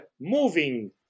moving